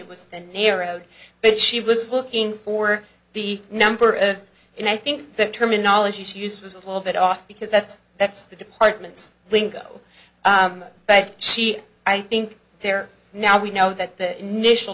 it was a narrow but she was looking for the number of and i think the terminology to use was a little bit off because that's that's the department's lingo but she i think there now we know that the initial